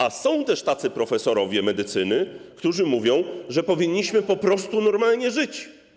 A są też tacy profesorowie medycyny, którzy mówią, że powinniśmy po prostu normalnie żyć.